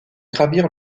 gravir